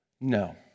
No